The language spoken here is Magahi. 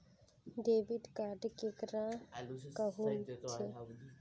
डेबिट कार्ड केकरा कहुम छे?